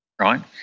Right